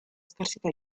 scarsità